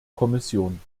kommission